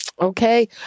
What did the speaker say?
Okay